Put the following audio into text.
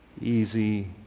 easy